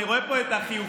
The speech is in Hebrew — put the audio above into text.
אני רואה פה את החיוכים,